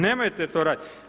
Nemojte to raditi.